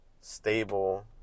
stable